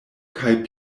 kaj